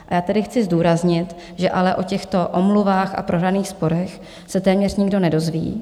A já tady chci zdůraznit, že ale o těchto omluvách a prohraných sporech se téměř nikdo nedozví.